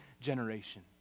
generation